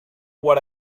what